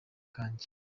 kanjye